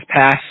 pass